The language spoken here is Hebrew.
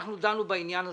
אנחנו דנו בעניין הזה.